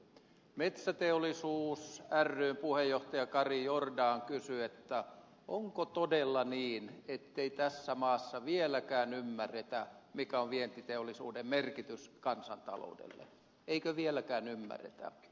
metsäteollisuus ryn puheenjohtaja kari jordan kysyi onko todella niin ettei tässä maassa vieläkään ymmärretä mikä on vientiteollisuuden merkitys kansantaloudelle eikö vieläkään ymmärretä